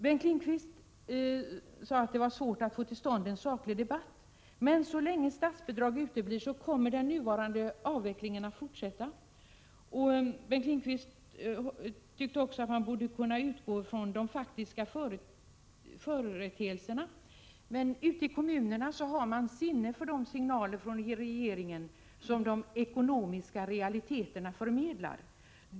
Bengt Lindqvist sade att det var svårt att få till stånd en saklig debatt, men så länge statsbidrag uteblir kommer den nu pågående avvecklingen att fortsätta. Bengt Lindqvist tyckte också att man borde kunna utgå från de faktiska företeelserna. Men ute i kommunerna har man sinne för de signaler från regeringen som de ekonomiska realiteterna förmedlar.